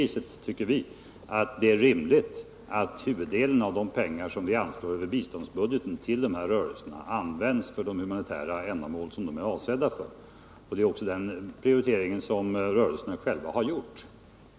Vi tycker att det är rimligt att huvuddelen av de pengar som vi anslår över biståndsbudgeten till dessa rörelser används till de humanitära ändamål som de är avsedda för. Det är också den prioriteringen rörelserna själva har gjort.